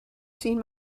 seen